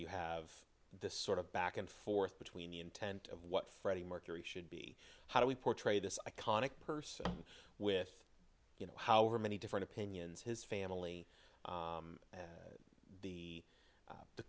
you have this sort of back and forth between the intent of what freddie mercury should be how do we portray this iconic person with you know however many different opinions his family the the